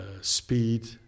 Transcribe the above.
speed